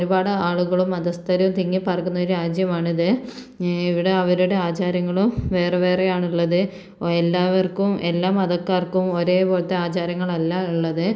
ഒരുപാട് ആളുകളും മതസ്ഥരും തിങ്ങി പാർക്കുന്ന ഒരു രാജ്യമാണിത് ഇവിടെ അവരുടെ ആചാരങ്ങളും വേറെ വേറെ ആണുള്ളത് ഓ എല്ലാവർക്കും എല്ലാ മതക്കാർക്കും ഒരേ പോലത്തെ ആചാരങ്ങൾ അല്ല ഉള്ളത്